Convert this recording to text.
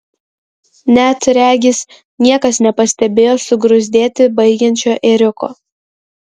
net regis niekas nepastebėjo sugruzdėti baigiančio ėriuko